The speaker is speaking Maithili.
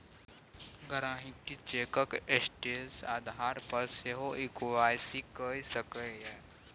गांहिकी चैकक स्टेटस आधार पर सेहो इंक्वायरी कए सकैए